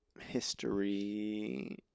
history